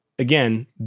Again